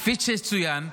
כפי שצוין,